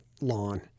lawn